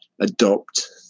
adopt